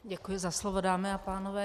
Děkuji za slovo, dámy a pánové.